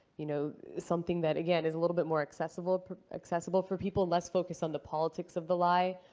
you know, something that, again, is a little bit more accessible accessible for people, less focused on the politics of the lie.